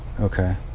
Okay